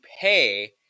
pay